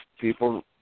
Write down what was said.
people